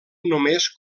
només